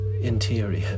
interior